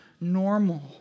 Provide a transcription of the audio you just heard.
normal